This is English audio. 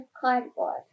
cardboard